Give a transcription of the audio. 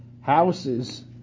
houses